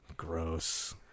Gross